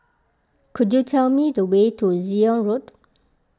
could you tell me the way to Zion Road